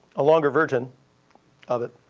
a longer version of it.